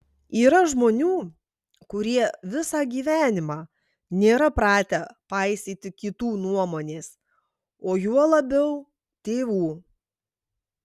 yra žmonių kurie visą gyvenimą nėra pratę paisyti kitų nuomonės o juo labiau tėvų